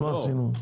מה עשינו?